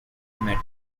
met